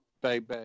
Baby